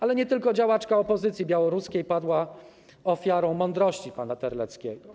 Ale nie tylko działaczka opozycji białoruskiej padła ofiarą mądrości pana Terleckiego.